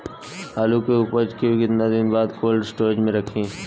आलू के उपज के कितना दिन बाद कोल्ड स्टोरेज मे रखी?